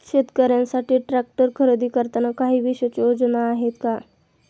शेतकऱ्यांसाठी ट्रॅक्टर खरेदी करताना काही विशेष योजना आहेत का?